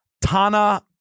Tana